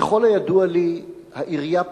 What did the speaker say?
ככל הידוע לי, העירייה פנתה,